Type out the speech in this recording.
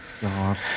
God